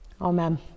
Amen